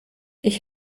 ich